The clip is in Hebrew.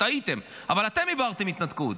טעיתם, אבל אתם העברתם את ההתנתקות.